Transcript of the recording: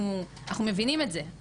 אנחנו מבינים את זה.